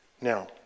Now